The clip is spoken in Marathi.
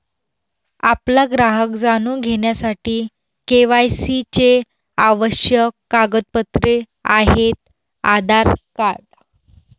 आपला ग्राहक जाणून घेण्यासाठी के.वाय.सी चे आवश्यक कागदपत्रे आहेत आधार कार्ड